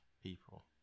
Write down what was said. people